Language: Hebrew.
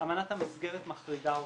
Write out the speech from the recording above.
אמנת המסגרת מחריגה אותן.